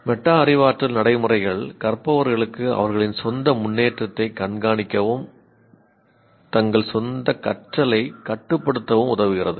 meta அறிவாற்றல் நடைமுறைகள் கற்பவர்களுக்கு அவர்களின் சொந்த முன்னேற்றத்தைக் கண்காணிக்கவும் தங்கள் சொந்தக் கற்றலைக் கட்டுப்படுத்தவும் உதவுகின்றன